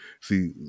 See